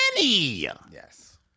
yes